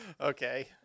Okay